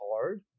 hard